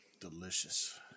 Delicious